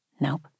nope